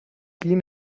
quién